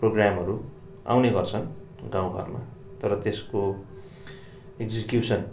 प्रोग्रामहरू आउने गर्छन् गाउँ घरमा तर त्यसको एग्जिक्युसन